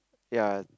ya